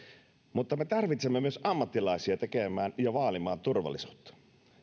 mutta me tarvitsemme myös ammattilaisia tekemään ja vaalimaan turvallisuutta